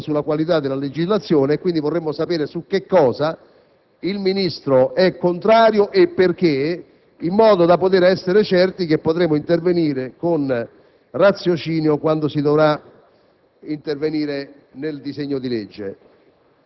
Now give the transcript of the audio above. anche per evitare conseguenze negative sulla qualità della legislazione. Quindi, vorremmo sapere su cosa il Ministro è contrario e perché, in modo da essere certi che potremo intervenire con raziocinio quando si dovrà